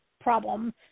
problem